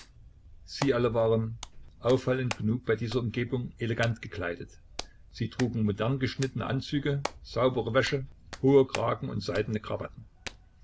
sie alle waren auffallend genug bei dieser umgebung elegant gekleidet sie trugen modern geschnittene anzüge saubere wäsche hohe kragen und seidene krawatten